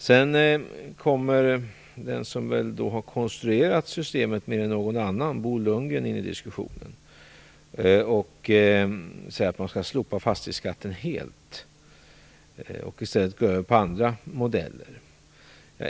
Sedan kommer den som väl har konstruerat systemet mer än någon annan, nämligen Bo Lundgren, in i diskussionen och säger att man skall slopa fastighetsskatten helt och i stället gå över till andra modeller.